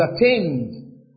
attained